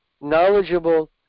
knowledgeable